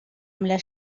les